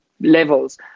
levels